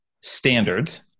standards